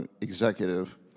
executive